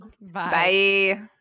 Bye